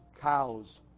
cows